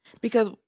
Because-